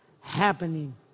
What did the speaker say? happening